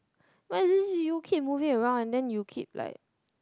but is you keep moving around and you keep like